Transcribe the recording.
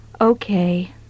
Okay